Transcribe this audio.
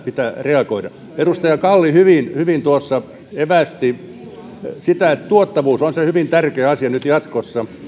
pitää reagoida edustaja kalli hyvin hyvin tuossa evästi että tuottavuus on hyvin tärkeä asia nyt jatkossa